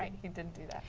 he didn't do that.